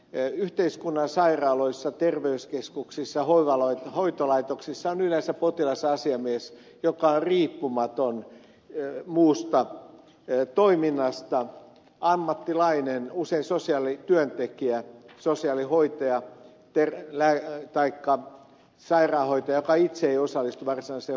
yhteiskunnan sairaaloissa terveyskeskuksissa hoitolaitoksissa on yleensä potilasasiamies joka on riippumaton muusta toiminnasta ammattilainen usein sosiaalityöntekijä sosiaalihoitaja taikka sairaanhoitaja joka itse ei osallistu varsinaiseen hoitotyöhön